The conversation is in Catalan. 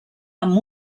amb